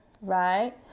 right